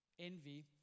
envy